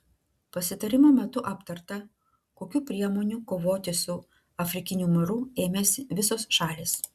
pasitarimo metu aptarta kokių priemonių kovoti su afrikiniu maru ėmėsi visos šalys